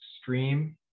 stream